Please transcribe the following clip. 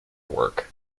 work